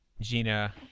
Gina